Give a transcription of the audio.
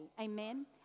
amen